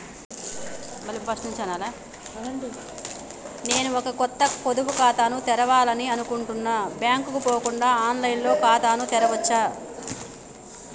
నేను ఒక కొత్త పొదుపు ఖాతాను తెరవాలని అనుకుంటున్నా బ్యాంక్ కు పోకుండా ఆన్ లైన్ లో ఖాతాను తెరవవచ్చా?